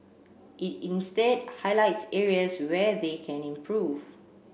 it instead highlights areas where they can improve